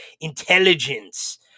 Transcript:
intelligence